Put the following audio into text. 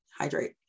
hydrate